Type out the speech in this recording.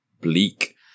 bleak